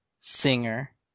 singer